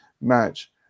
match